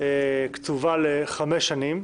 קצובה לחמש שנים,